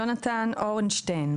ג׳ונתן אורנשטיין,